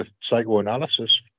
psychoanalysis